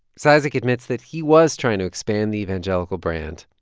cizik admits that he was trying to expand the evangelical brand.